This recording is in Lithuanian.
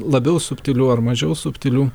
labiau subtilių ar mažiau subtilių